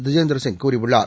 ஜிதேந்திரசிங் கூறியுள்ளார்